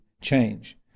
change